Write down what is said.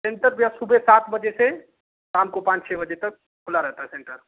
centre भैया सुबह सात बजे से शाम को पान छः बजे तक खुला रहता है सेंटर